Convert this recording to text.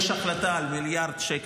יש החלטה על מיליארד שקל,